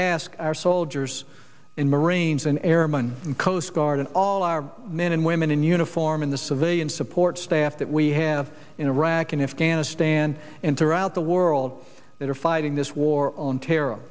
asked our soldiers and marines an airman coast guard and all our men and women in uniform in the civilian support staff that we have in iraq and afghanistan and throughout the world that are fighting this war on terror